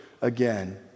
again